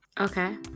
Okay